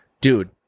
Dude